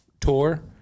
tour